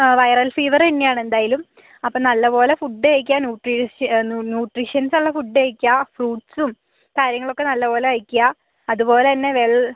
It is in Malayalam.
ആ വൈറൽ ഫീവറ് തന്നെയാണ് എന്തായാലും അപ്പം നല്ലപോലെ ഫുഡ് കഴിക്കാൻ ന്യൂട്രീഷ ന്യൂട്രീഷൻസൊള്ള ഫുഡ് കഴിക്കുക ഫ്രൂട്സും കാര്യങ്ങളൊക്കെ നല്ലപോലെ കഴിക്കുക അതുപോലന്നെ വെൾ